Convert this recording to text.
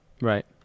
Right